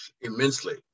immensely